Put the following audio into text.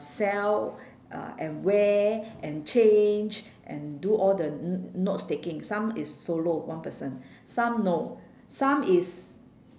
sell uh and wear and change and do all the n~ notes taking some is solo one person some no some is